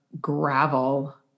gravel